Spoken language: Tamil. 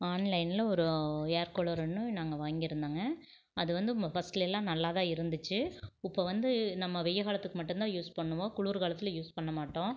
ஆன்லைனில் ஒரு ஏர்கூலர் ஒன்று நாங்கள் வாங்கிருந்தோங்க அது வந்து ஃபஸ்ட்லேலாம் நல்லா தான் இருந்துச்சு இப்போ வந்து நம்ம வெய்யகாலத்துக்கு மட்டும்தான் யூஸ் பண்ணுவோம் குளிர் காலத்தில் யூஸ் பண்ண மாட்டோம்